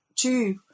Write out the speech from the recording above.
two